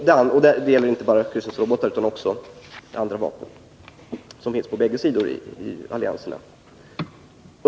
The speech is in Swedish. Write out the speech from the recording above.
Det gäller f. ö. inte bara kryssningsrobotar, utan också andra vapen som finns på båda sidor i allianserna.